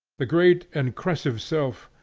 the great and crescive self,